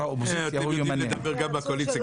אתם יודעים לדבר גם בקואליציה,